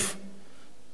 בשנות ה-60,